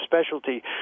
specialty